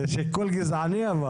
אבל זה שיקול גזעני.